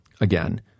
again